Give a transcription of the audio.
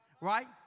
Right